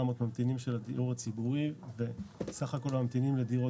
ממתינים של הדיור הציבורי וסך הכול ממתינים לדירות